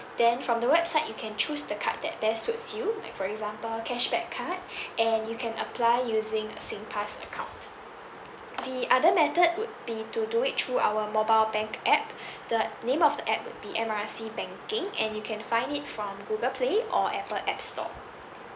then from the website you can choose the card that best suits you like for example cashback card and you can apply using SingPass account the other method would be to do it through our mobile bank app the name of the app would be M R C banking and you can find it from Google play or Apple app store